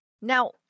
Now